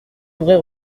tourret